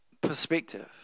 perspective